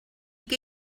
què